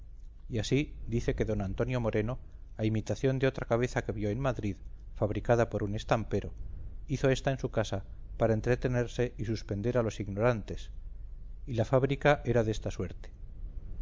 y así dice que don antonio moreno a imitación de otra cabeza que vio en madrid fabricada por un estampero hizo ésta en su casa para entretenerse y suspender a los ignorantes y la fábrica era de esta suerte